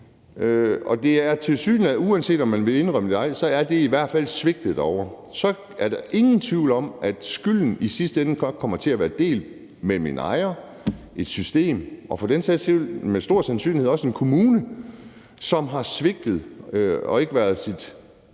og det er, uanset om man vil indrømme det eller ej, i hvert fald svigtet derovre. Så er der ingen tvivl om, af skylden i sidste ende kommer til at være delt mellem en ejer, et system og for den sags skyld og med stor sandsynlighed også en kommune, som har svigtet og ikke været sit